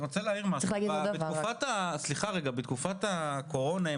בתקופת הקורונה,